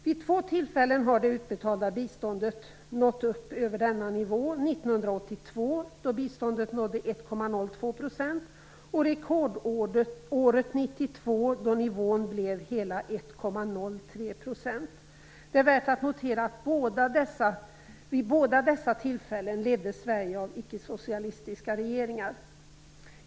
Vid två tillfällen har det utbetalda biståndet nått upp över denna nivå - 1982 då biståndet nådde 1,03 %. Det är värt att notera att vid båda dessa tillfällen leddes Sverige av icke-socialistiska regeringar!